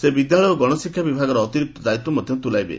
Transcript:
ସେ ବିଦ୍ୟାଳୟ ଓ ଗଣଶିକ୍ଷା ବିଭାଗର ଅତିରିକ୍ତ ଦାୟିତ୍ ତୁଲାଇବେ